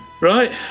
Right